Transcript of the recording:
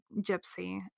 gypsy